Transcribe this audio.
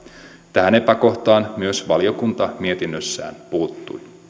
tähän epäkohtaan myös valiokunta mietinnössään puuttui